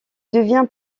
devient